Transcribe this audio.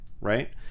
right